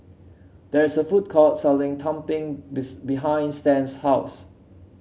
there is a food court selling Tumpeng behind Stan's house